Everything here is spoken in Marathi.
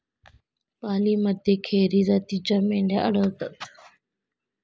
पालीमध्ये खेरी जातीच्या मेंढ्या आढळतात